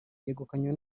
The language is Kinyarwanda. yegukanywe